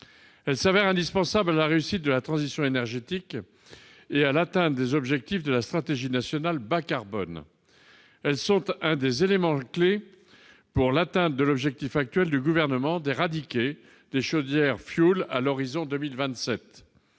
Elles s'avèrent indispensables à la réussite de la transition énergétique et à l'atteinte des objectifs de la stratégie nationale bas-carbone. En particulier, elles sont un des éléments clés pour atteindre l'objectif actuel du Gouvernement qui est d'éradiquer les chaudières au fioul à horizon de 2027.